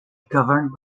governed